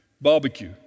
barbecue